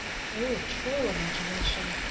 prove true, imagination,